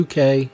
UK